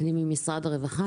אני ממשרד הרווחה,